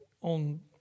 on